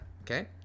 Okay